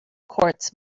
courts